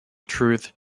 truth